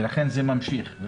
וזה ממשיך.